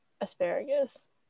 asparagus